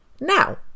now